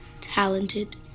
talented